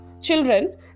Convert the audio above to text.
children